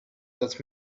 that